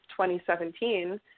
2017